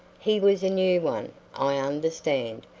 he was a new one, i understand,